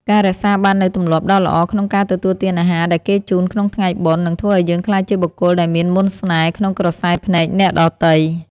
ការរក្សាបាននូវទម្លាប់ដ៏ល្អក្នុងការទទួលទានអាហារដែលគេជូនក្នុងថ្ងៃបុណ្យ នឹងធ្វើឱ្យយើងក្លាយជាបុគ្គលដែលមានមន្តស្នេហ៍ក្នុងក្រសែភ្នែកអ្នកដទៃ។